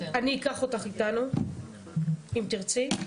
אני אקח אותך איתנו אם תרצי,